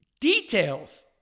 details